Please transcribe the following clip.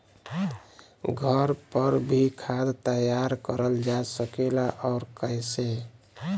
घर पर भी खाद तैयार करल जा सकेला और कैसे?